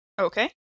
Okay